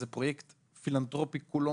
זה פרויקט פילנתרופי כולו,